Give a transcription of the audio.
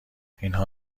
اینها